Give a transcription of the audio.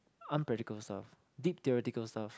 unpractical stuff deep theoretical stuff